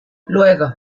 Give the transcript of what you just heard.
luego